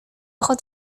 ojos